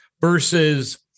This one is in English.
versus